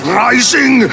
rising